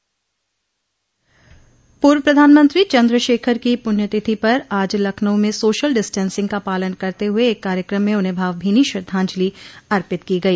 पूर्व प्रधानमंत्री चन्द्रशेखर की पुण्य तिथि पर आज लखनऊ में सोशल डिस्टेंसिंग का पालन करते हुए एक कार्यक्रम में उन्हें भावभीनी श्रद्धाजंलि अर्पित की गई